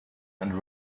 and